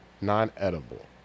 non-edible